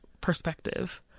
perspective